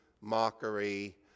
mockery